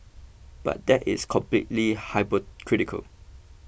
but that is completely hypocritical